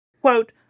Quote